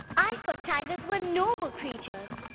i thought tigers were noble creatures.